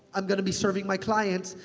i'm gonna be serving my clients.